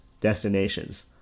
destinations